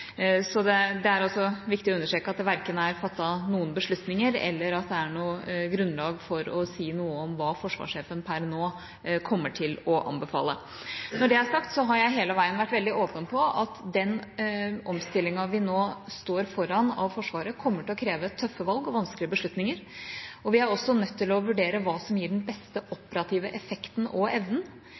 Det er også viktig å understreke at det verken er fattet noen beslutninger, eller at det er noe grunnlag for å si noe om hva forsvarssjefen per nå kommer til å anbefale. Når det er sagt, har jeg hele veien vært veldig åpen på at den omstillinga av Forsvaret vi nå står foran, kommer til å kreve tøffe valg og vanskelig beslutninger, og vi er også nødt til å vurdere hva som gir den beste operative effekten og evnen.